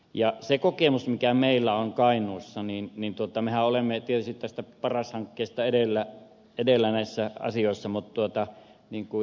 sen kokemuksen suhteen mikä meillä on kainuussa mehän olemme tietysti tästä paras hankkeesta edellä näissä asioissa mutta niin kuin ed